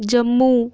Jammu